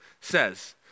says